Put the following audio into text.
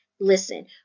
listen